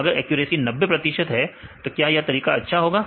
अगर एक्यूरेसी 90 प्रतिशत है तो क्या यह तरीका अच्छा होगा